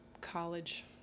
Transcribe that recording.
college